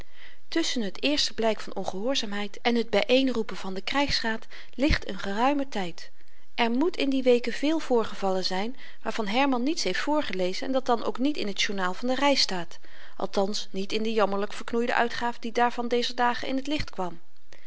tusschen t eerste blyk van ongehoorzaamheid en t by een roepen van den krygsraad ligt n geruime tyd er moet in die weken veel voorgevallen zyn waarvan herman niets heeft voorgelezen en dat dan ook niet in t journaal van de reis staat althans niet in de jammerlyk verknoeide uitgaaf die daarvan dezer dagen in t licht kwam